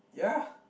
ya